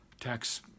tax